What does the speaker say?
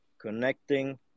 connecting